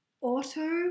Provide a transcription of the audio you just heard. Auto